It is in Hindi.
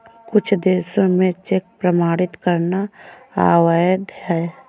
कुछ देशों में चेक प्रमाणित करना अवैध है